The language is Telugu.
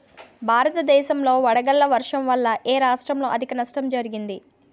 భారతదేశం లో వడగళ్ల వర్షం వల్ల ఎ రాష్ట్రంలో అధిక నష్టం జరిగింది?